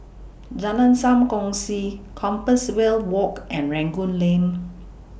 Jalan SAM Kongsi Compassvale Walk and Rangoon Lane